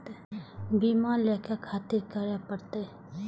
बीमा लेके खातिर की करें परतें?